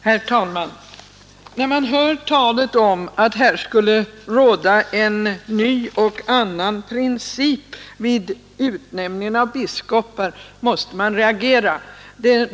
Herr talman! När man hör talet om att här skulle råda en ny princip vid utnämningen av biskopar måste man reagera.